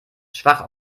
schwach